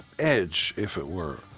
edge, if it were.